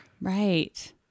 Right